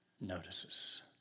notices